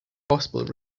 possible